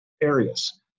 areas